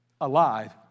alive